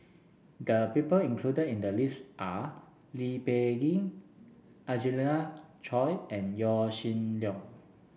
people included in the list are Lee Peh Gee Angelina Choy and Yaw Shin Leong